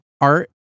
art